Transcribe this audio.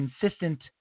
consistent